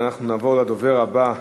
אנחנו נעבור לדובר הבא,